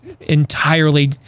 entirely